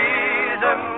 reason